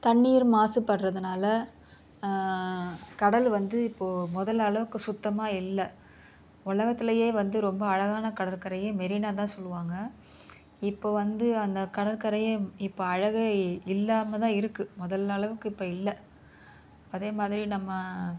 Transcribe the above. தண்ணீர் மாசுபடுகிறதுனால கடல் வந்து இப்போது மொதல் அளவுக்கு சுத்தமாக இல்லை உலகத்துலையே வந்து ரொம்ப அழகான கடற்கரையே மெரினா தான் சொல்லுவாங்க இப்போது வந்து அந்த கடற்கரையே இப்போ அழகே இல்லாமல் தான் இருக்குது முதல்ல அளவுக்கு இப்போ இல்லை அதே மாதிரி நம்ம